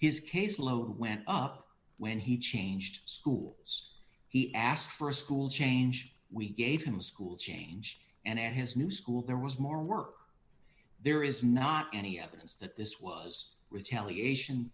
his caseload went up when he changed schools he asked for a school change we gave him a school change and his new school there was more work there is not any evidence that this was retaliation